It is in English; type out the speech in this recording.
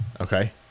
okay